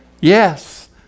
yes